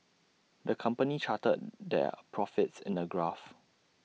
the company charted their profits in A graph